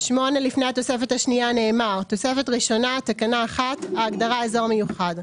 לפני התוספת השנייה נאמר: "תוספת ראשונה (תקנה 1- ההגדרה "אזור מיוחד")